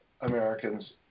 Americans